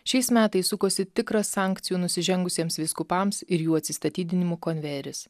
šiais metais sukosi tikra sankcijų nusižengusiems vyskupams ir jų atsistatydinimų konvejeris